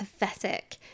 pathetic